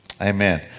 Amen